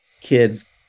kids